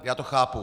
Já to chápu.